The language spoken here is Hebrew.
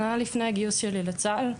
שנה לפני גיוסי לצה"ל,